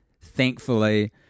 thankfully